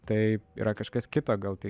tai yra kažkas kito gal tai